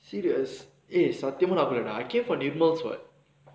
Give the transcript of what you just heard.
serious eh சத்தியமா நா அப்புடில்லடா:sathiyamaa naa appudilladaa I came for nirmal [what]